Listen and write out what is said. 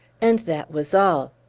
and that was all!